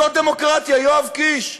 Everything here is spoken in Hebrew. זו דמוקרטיה, יואב קיש.